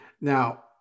Now